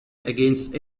against